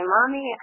Mommy